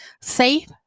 safe